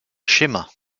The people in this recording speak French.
schémas